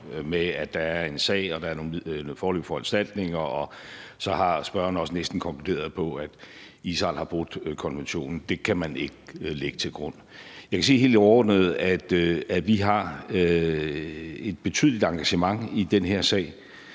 om, at der er en sag og der er nogle foreløbige foranstaltninger, og så har spørgeren også næsten konkluderet på, at Israel har brudt konventionen. Det kan man ikke lægge til grund. Jeg kan sige helt overordnet, at vi har et betydeligt engagement i den her sag,